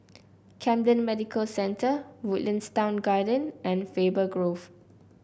Camden Medical Centre Woodlands Town Garden and Faber Grove